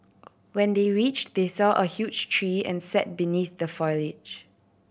when they reached they saw a huge tree and sat beneath the foliage